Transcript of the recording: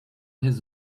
his